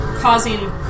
causing